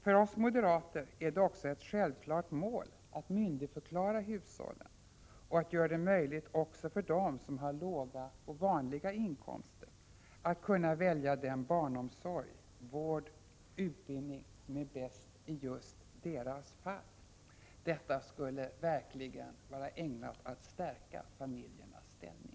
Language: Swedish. För oss moderater är det också ett självklart mål att myndigförklara hushållen och att göra det möjligt för dem med låga och vanliga inkomster att välja den barnomsorg, vård och utbildning som är bäst i just deras fall. Detta skulle verkligen vara ägnat att stärka barnfamiljernas ställning.